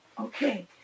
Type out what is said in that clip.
Okay